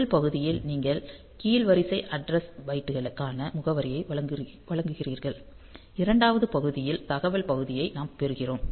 முதல் பகுதியில் நீங்கள் கீழ் வரிசை அட்ரஸ் பைட்டுக்கான முகவரியை வழங்குகிறீர்கள் இரண்டாவது பகுதியில் தகவல் பகுதியை நாம் பெறுகிறோம்